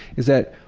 is that